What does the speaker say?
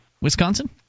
Wisconsin